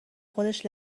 خودش